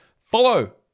Follow